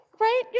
right